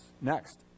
Next